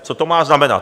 Co to má znamenat?